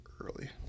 early